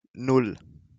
nan